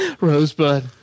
Rosebud